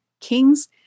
Kings